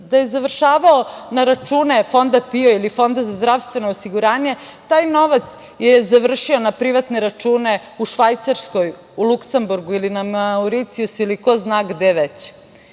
da je završavao na račune Fonda PIO ili Fonda za zdravstveno osiguranje, taj novac je završio na privatne račune u Švajcarskoj, Luksemburgu, Mauricijusu ili ko zna gde